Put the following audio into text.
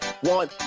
One